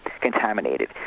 contaminated